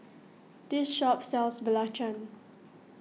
this shop sells Belacan